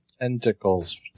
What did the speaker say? tentacles